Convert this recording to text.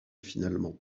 finalement